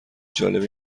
جالبه